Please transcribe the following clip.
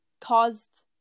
caused